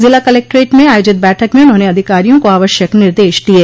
जिला कलेक्टरेट में आयोजित बैठक में उन्होंने अधिकारियों को आवश्यक निर्देश दिये